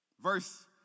Verse